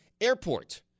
Airport